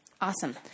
Awesome